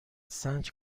سنج